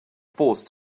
forced